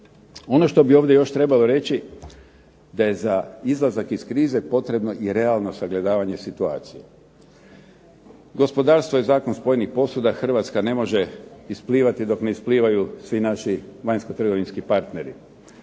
Ono što bi ovdje još trebalo reći da je za izlazak iz krize potrebno i realno sagledavanje situacije. Gospodarstvo je Zakon spojenih posuda. Hrvatska ne može isplivati dok ne isplivaju svi naši vanjsko-trgovinski partneri,